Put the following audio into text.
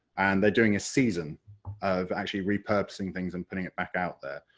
and they're doing a season of actually repurposing things and putting it back out there.